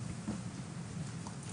בבקשה.